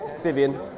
Vivian